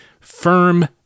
Firm